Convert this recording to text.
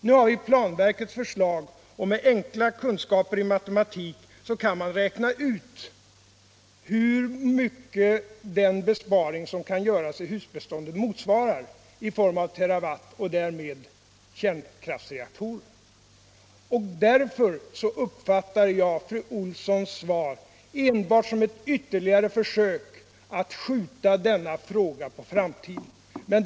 Vi har nu planverkets förslag, och med enkla kunskaper i matematik kan vi räkna ut hur mycket den besparing som kan göras i husbeståndet motsvarar i terawatt och därmed i kärnkraftsreaktorer. Mot denna bakgrund uppfattar jag fru Olssons svar enbart som ett ytterligare försök att skjuta denna fråga på framtiden.